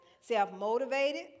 Self-motivated